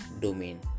domain